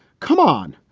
come on.